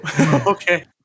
Okay